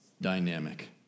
dynamic